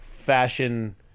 fashion